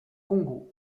congo